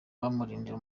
bamurindira